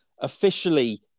officially